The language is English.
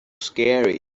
scary